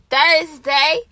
Thursday